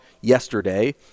yesterday